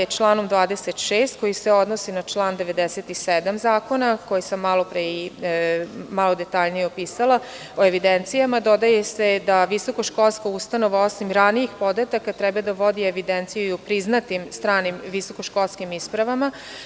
Članom 26, koji se odnosi na član 97. zakona koji sam malo detaljnije opisala o evidencijama, dodaje se da visokoškolska ustanova, osim ranijih podataka, treba da vodi evidenciju o priznatim stranim visokoškolskim ispravama.